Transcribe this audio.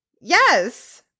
Yes